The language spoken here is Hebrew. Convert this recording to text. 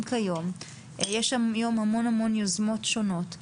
היום יש שם היום המון יוזמות שונות מאיגודים,